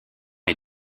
est